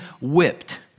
whipped